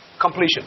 Completion